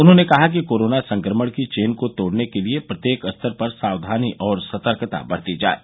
उन्होंने कहा कि कोरोना संक्रमण की चेन को तोड़ने के लिए प्रत्येक स्तर पर सावधानी और सतर्कता बरती जाये